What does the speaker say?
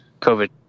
COVID